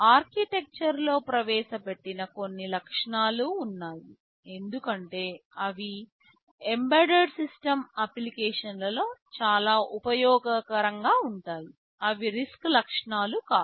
ఆర్కిటెక్చర్లో ప్రవేశపెట్టిన కొన్ని లక్షణాలు ఉన్నాయి ఎందుకంటే అవి ఎంబెడెడ్ సిస్టమ్ అప్లికేషన్లలో చాలా ఉపయోగకరంగా ఉంటాయి అవి RISC లక్షణాలు కాదు